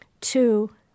Two